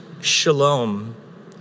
shalom